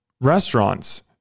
restaurants